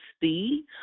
see